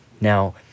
Now